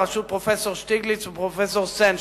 בראשות פרופסור שטיגליץ ופרופסור סן,